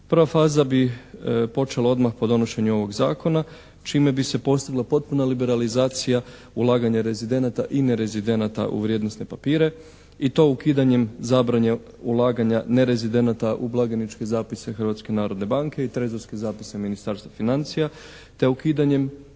Prva faza bi počela odmah po donošenju ovog zakona, čime bi se postigla potpuna liberalizacija ulaganja rezidenata i nerezidenata u vrijednosne papire, i to ukidanjem zabrane ulaganja nerezidenata u blagajničke zapise Hrvatske narodne banke i trezorske zapise Ministarstva financija te ukidanjem